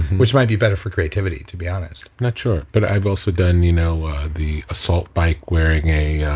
which might be better for creativity, to be honest not sure. but i've also done you know ah the assault bike wearing a.